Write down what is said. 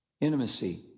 Intimacy